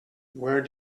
where